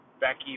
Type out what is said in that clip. Becky